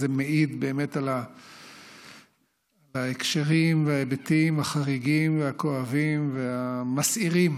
זה מעיד באמת על ההקשרים וההיבטים החריגים והכואבים והמסעירים,